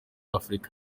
afurika